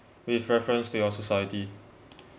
with reference to your society